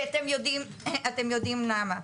אתם יודעים למה.